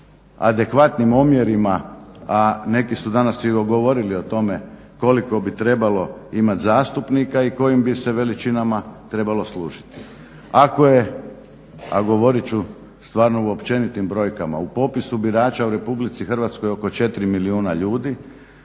adekvatnim omjerima, a neki su danas i govorili o tome koliko bi trebalo imati zastupnika i kojim bi se veličinama trebalo služiti. Ako je, a govorit ću stvarno u općenitim brojkama, u popisu birača u RH oko 4 milijuna ljudi,